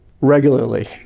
regularly